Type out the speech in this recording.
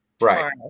Right